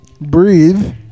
Breathe